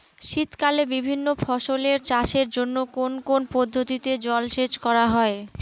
শীতকালে বিভিন্ন ফসলের চাষের জন্য কোন কোন পদ্ধতিতে জলসেচ করা হয়?